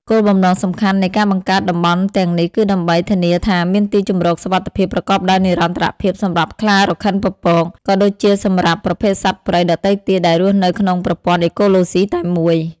គោលបំណងសំខាន់នៃការបង្កើតតំបន់ទាំងនេះគឺដើម្បី ធានាថាមានទីជម្រកសុវត្ថិភាព ប្រកបដោយនិរន្តរភាពសម្រាប់ខ្លារខិនពពក ក៏ដូចជាសម្រាប់ប្រភេទសត្វព្រៃដទៃទៀតដែលរស់នៅក្នុងប្រព័ន្ធអេកូឡូស៊ីតែមួយ។